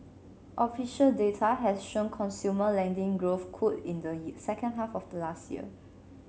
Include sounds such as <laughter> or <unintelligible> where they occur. official data has shown consumer lending growth cooled in the <unintelligible> second half of last year